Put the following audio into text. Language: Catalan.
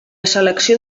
selecció